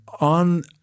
on